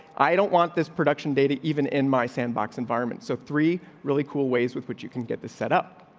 i don't want this production data even in my sandbox environment. so three really cool ways with which you can get this set up.